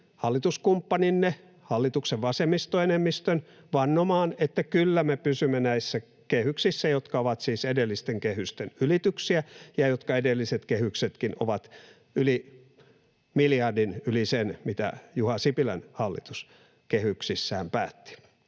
hallituskumppaninne, hallituksen vasemmistoenemmistön, vannomaan, että kyllä me pysymme näissä kehyksissä, jotka ovat siis edellisten kehysten ylityksiä ja jotka edelliset kehyksetkin ovat miljardin yli sen, mitä Juha Sipilän hallitus kehyksissään päätti.